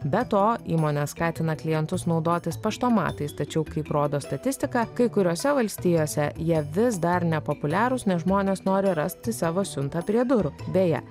be to įmonė skatina klientus naudotis paštomatais tačiau kaip rodo statistika kai kuriose valstijose jie vis dar nepopuliarūs nes žmonės nori rasti savo siuntą prie durų beje